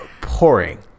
pouring